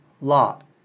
Lot